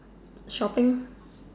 shopping